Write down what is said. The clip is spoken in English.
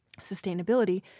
sustainability